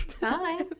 Bye